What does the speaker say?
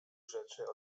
rzeczy